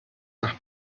nach